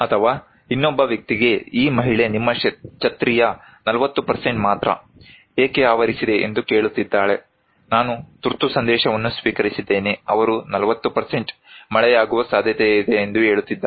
ಅಥವಾ ಇನ್ನೊಬ್ಬ ವ್ಯಕ್ತಿಗೆ ಈ ಮಹಿಳೆ ನಿಮ್ಮ ಛತ್ರಿಯ 40 ಮಾತ್ರ ಏಕೆ ಆವರಿಸಿದೆ ಎಂದು ಕೇಳುತ್ತಿದ್ದಾಳೆ ನಾನು ತುರ್ತು ಸಂದೇಶವನ್ನು ಸ್ವೀಕರಿಸಿದ್ದೇನೆ ಅವರು 40 ಮಳೆಯಾಗುವ ಸಾಧ್ಯತೆಯಿದೆ ಎಂದು ಹೇಳುತ್ತಿದ್ದಾರೆ